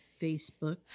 Facebook